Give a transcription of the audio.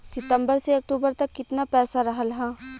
सितंबर से अक्टूबर तक कितना पैसा रहल ह?